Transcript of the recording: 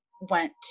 went